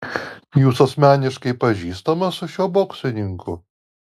jūs asmeniškai pažįstamas su šiuo boksininku